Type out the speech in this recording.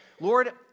Lord